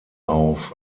auf